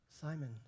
Simon